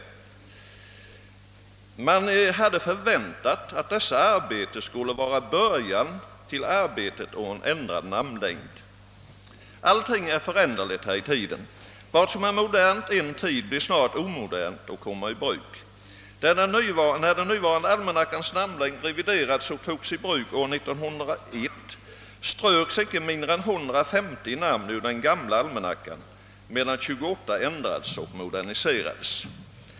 Man hade väntat att de nämnda arbetena skulle utgöra inledningen till en ändring av almanackans namnlängd. Allting är föränderligt — det som är modernt en tid blir snart omodernt och kommer ur bruk. När den nuvarande almanackans namnlängd reviderades — namnlängden infördes år 1901 — ströks inte mindre än 150 namn i den gamla namnlängden, medan 28 ändrades ach moderniserades.